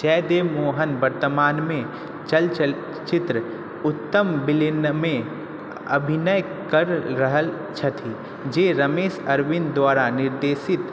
जयदेव मोहन वर्तमानमे चलचित्र उत्तम विलेनमे अभिनय कऽ रहल छथि जे रमेश अरविन्द द्वारा निर्देशित